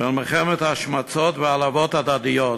במלחמת השמצות והעלבות הדדיות.